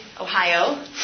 Ohio